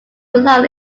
alone